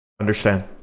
understand